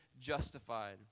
justified